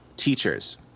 Teachers